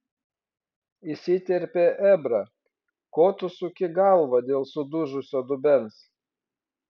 įsiterpė ebrą ko tu suki galvą dėl sudužusio dubens